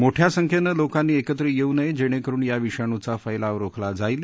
मोठ्या संख्येनं लोकांनी एकत्र येऊ नये जेणे करुन या विषाणूचा फैलाव रोखला जाईल